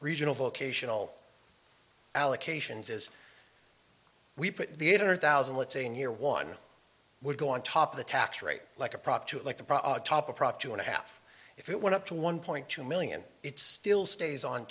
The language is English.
regional vocational allocations as we put the eight hundred thousand let's say in year one would go on top of the tax rate like a prop two like the top of prop two and a half if it went up to one point two million it still stays on